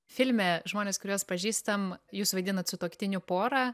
filme žmonės kuriuos pažįstam jūs vaidinat sutuoktinių porą